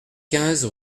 quinze